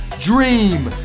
dream